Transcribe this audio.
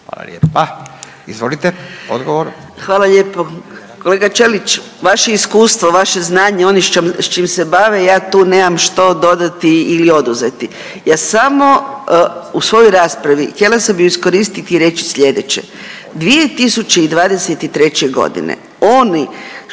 **Mrak-Taritaš, Anka (GLAS)** Hvala lijepo. Kolega Ćelić, vaše iskustvo, vaše znanje, oni s čim se bave, ja tu nemam što dodati ili oduzeti. Ja samo, u svojoj raspravi, htjela sam ju iskoristiti i reći slijedeće. 2023.g. oni